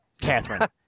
Catherine